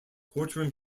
courtroom